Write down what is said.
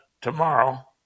tomorrow